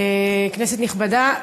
כנסת נכבדה,